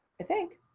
i think.